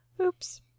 Oops